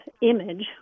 image